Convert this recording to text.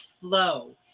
flow